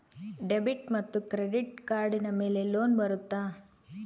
Debit ಮತ್ತು credit ಕಾರ್ಡಿನ ಮೇಲೆ ಲೋನ್ ಬರುತ್ತಾ?